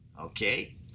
Okay